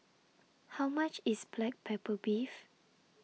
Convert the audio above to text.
How much IS Black Pepper Beef